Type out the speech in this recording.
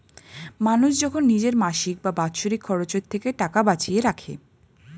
মানুষ যখন নিজের মাসিক বা বাৎসরিক খরচের থেকে টাকা বাঁচিয়ে রাখে